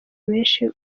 menshi